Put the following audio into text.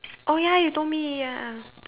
oh ya you told me ya